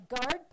guard